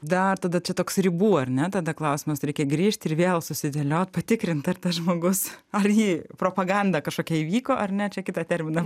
dar tada čia toks ribų ar ne tada klausimas reikia grįžt ir vėl susidėliot patikrint ar tas žmogus ar ji propaganda kažkokia įvyko ar ne čia kitą terminą